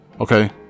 Okay